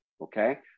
Okay